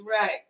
Right